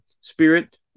spirit